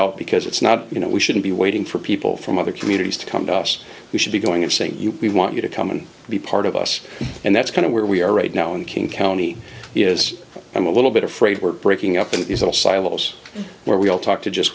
out because it's not you know we shouldn't be waiting for people from other communities to come to us who should be going and saying we want you to come and be part of us and that's kind of where we are right now in king county is i'm a little bit afraid we're breaking up and silos where we all talk to just